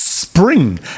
Spring